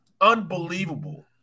unbelievable